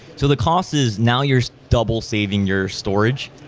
so the cost is now your double savings your storage.